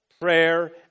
prayer